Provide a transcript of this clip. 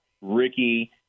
Ricky